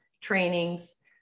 trainings